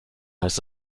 heißt